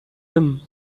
him